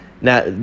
now